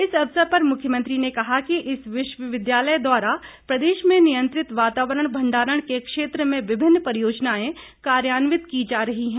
इस अवसर पर मुख्यमंत्री ने कहा कि इस विश्वविद्यालय द्वारा प्रदेश में नियंत्रित वातावरण भंडारण के क्षेत्र में विभिन्न परियोजनाएं कार्यान्वित की जा रही हैं